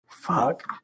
Fuck